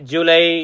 July